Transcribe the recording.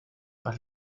par